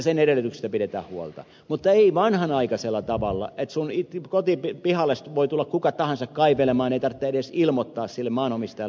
sen edellytyksistä pidetään huolta mutta ei vanhanaikaisella tavalla että sinun kotipihallesi voi tulla kuka tahansa kaivelemaan eikä tarvitse edes ilmoittaa sille maanomistajalle